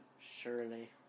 Surely